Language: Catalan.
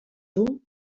dur